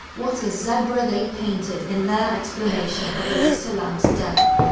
what a zebra they painted in their explanation of elisa lam's death.